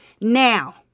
Now